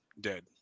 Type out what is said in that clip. dead